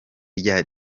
rya